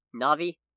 Navi